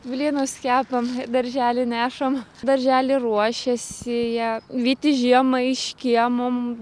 blynus kepam į darželį nešam daržely ruošiasi jie vyti žiemą iš kiemo